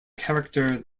character